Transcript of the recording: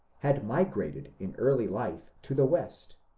had migrated in early life to the west,